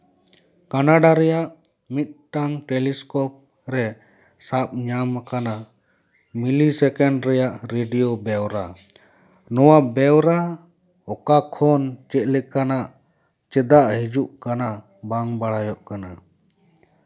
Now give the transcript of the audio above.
Canada ᱨᱮᱭᱟᱜ ᱢᱤᱫᱴᱟᱝ telescope ᱨᱮ ᱥᱟᱵ ᱧᱟᱢ ᱟᱠᱟᱱᱟ ᱢᱤᱞᱤ ᱥᱮᱠᱮᱱᱰ ᱨᱮᱭᱟᱜ ᱨᱮᱰᱤᱭᱳ ᱵᱮᱣᱨᱟ ᱱᱚᱶᱟ ᱵᱮᱣᱨᱟ ᱚᱠᱟ ᱠᱷᱚᱱ ᱪᱮᱫ ᱞᱮᱠᱟᱱᱟᱜ ᱪᱮᱫᱟᱜ ᱦᱤᱡᱩᱜ ᱠᱟᱱᱟ ᱵᱟᱝ ᱵᱟᱲᱟᱭᱚᱜ ᱠᱟᱱᱟ